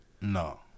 No